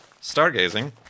stargazing